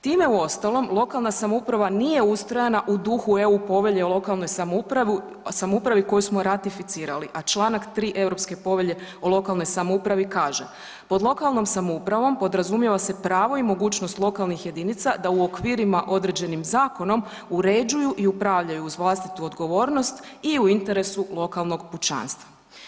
Time uostalom lokalna samouprava nije ustrojena u duhu EU povelje o lokalnoj samoupravi koju smo ratificirali, a čl. 3. EU povelje o lokalnoj samoupravi kaže: „Pod lokalnom samoupravom podrazumijeva se pravo i mogućnost lokalnih jedinica da u okvirima određenih zakonom uređuju i upravljaju uz vlastitu odgovornost i u interesu lokalnog pučanstva“